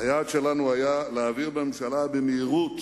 היעד שלנו היה להעביר בממשלה במהירות